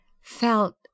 felt